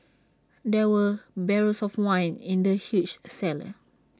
there were barrels of wine in the huge cellar